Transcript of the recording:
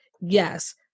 Yes